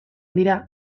dira